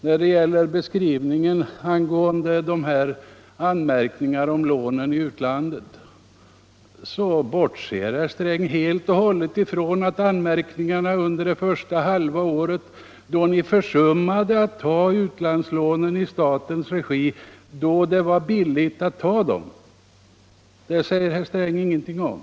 När det gäller beskrivningen av anmärkningarna mot upptagandet av lån i utlandet bortser herr Sträng helt och hållet från anmärkningarna att ni försummade att ta utlandslånen i statens regi när det var billigt att ta dem, nämligen under det första halva året. Detta säger herr Sträng ingenting om.